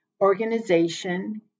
organization